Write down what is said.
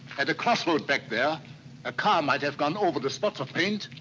at a crossroad back there a car might have gone over the spots of paint,